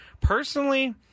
Personally